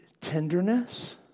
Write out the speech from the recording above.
tenderness